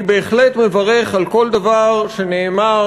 אני בהחלט מברך על כל דבר שנאמר,